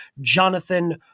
Jonathan